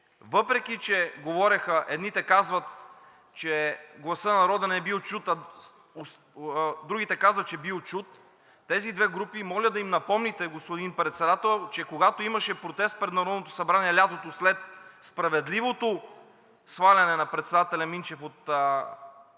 въпреки че едните казват, че гласът на народа не бил чут, другите казват, че бил чут. На тези две групи моля да им напомните, господин Председател, че когато имаше протест пред Народното събрание лятото, след справедливото сваляне на председателя Минчев от